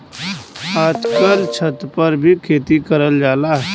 आजकल छत पर भी खेती करल जाला